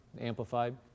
Amplified